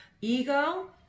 ego